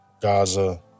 Gaza